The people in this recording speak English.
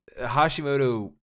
Hashimoto